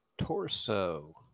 torso